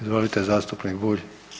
Izvolite, zastupnik Bulj.